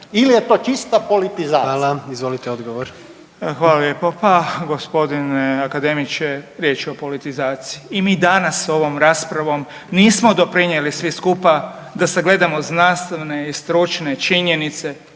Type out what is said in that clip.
Izvolite odgovor. **Beroš, Vili (HDZ)** Hvala lijepo. Pa g. akademiče, riječ je o politizaciji. I mi danas ovom raspravom nismo doprinijeli svi skupa da sagledamo znanstvene i stručne činjenice